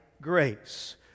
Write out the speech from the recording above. grace